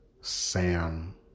Sam